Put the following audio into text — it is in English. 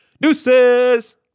Nooses